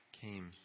came